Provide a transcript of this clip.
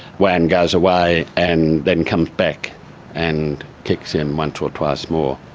wan goes away and then comes back and kicks him one two or twice more.